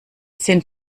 sind